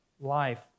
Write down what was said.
life